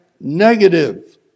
negative